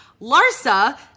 Larsa